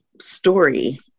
story